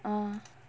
uh